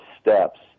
steps